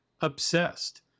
obsessed